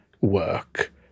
work